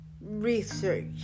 research